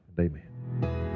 Amen